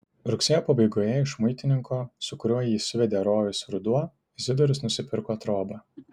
rugsėjo pabaigoje iš muitininko su kuriuo jį suvedė rojus ruduo izidorius nusipirko trobą